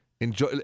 Enjoy